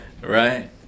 Right